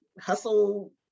hustle